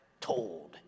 told